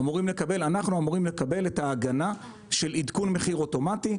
אמורים לקבל את ההגנה של עדכון מחיר אוטומטי,